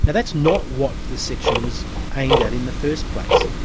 and that's not what the section was aimed at in the first place,